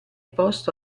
posto